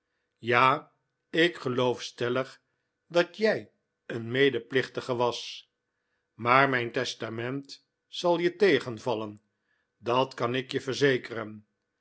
ja ik geloof stellig dat jij een medeplichtige was maar mijn testament zal je tegenvallen dat kan ik je verzekeren